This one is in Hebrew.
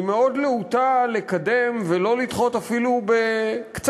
היא מאוד להוטה, ולא רוצה לדחות אפילו קצת,